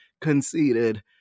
conceded